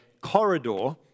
corridor